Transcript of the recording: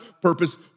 purpose